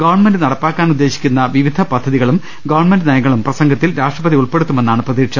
government നട പ്പാക്കാൻ ഉദ്ദേശിക്കുന്ന വിവിധ പദ്ധതികളും ഗവൺമെന്റ് നയങ്ങളും പ്രസംഗത്തിൽ രാഷ്ട്രപതി ഉൾപ്പെടുത്തുമെന്നാണ് പ്രതീക്ഷ